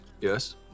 yes